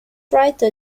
writer